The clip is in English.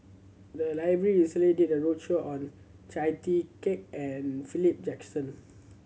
the library recently did a roadshow on Chia Tee Kiak and Philip Jackson